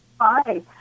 Hi